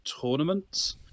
tournaments